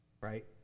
right